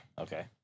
Okay